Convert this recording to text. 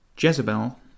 Jezebel